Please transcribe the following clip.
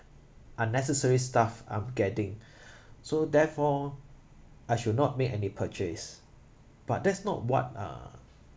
unnecessary stuff I'm getting so therefore I should not make any purchase but that's not what uh